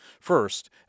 First